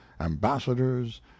ambassadors